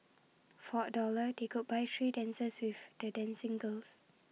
for A dollar they could buy three dances with the dancing girls